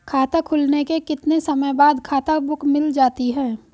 खाता खुलने के कितने समय बाद खाता बुक मिल जाती है?